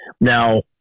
Now